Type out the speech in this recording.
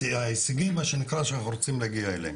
וההישגים אליהם אנחנו רוצים להגיע.